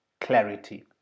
Clarity